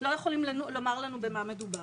לא יכולים לומר לנו במה מדובר.